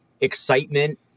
excitement